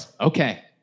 Okay